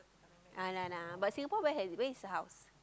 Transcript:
ah yeah lah but Singapore where has it where is her house